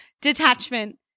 detachment